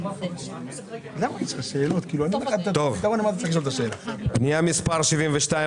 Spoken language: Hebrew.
וכנגד זה יש שוטרים וזה מממן חלק מהפעילות של המשטרה בנושא הזה.